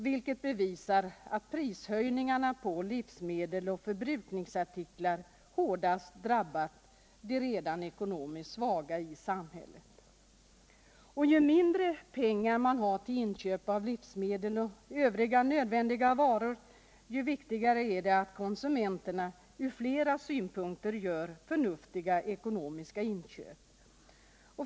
Detta visar att prishöjningarna på livsmedel och förbrukningsartiklar hårdast drabbat de redan ckonomiskt svaga i samhället. Och ju mindre pengar man har till inköp av livsmedel och övriga nödvändiga varor, desto viktigare är det ur flera synpunkter att konsumenterna gör förnuftiga ekonomiska inköp.